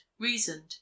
reasoned